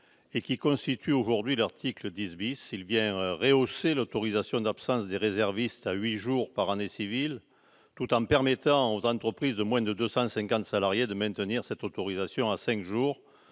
et qui constitue aujourd'hui l'article 10 . Cet article vient rehausser l'autorisation d'absence des réservistes à huit jours par année civile, tout en permettant aux entreprises de moins de 250 salariés de maintenir cette autorisation à cinq jours,